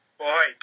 boy